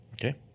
Okay